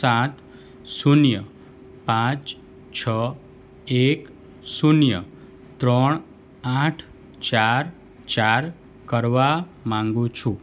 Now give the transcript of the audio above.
સાત શૂન્ય પાંચ છ એક શૂન્ય ત્રણ આઠ ચાર ચાર કરવા માંગુ છું